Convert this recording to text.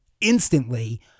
instantly